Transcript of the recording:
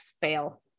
fail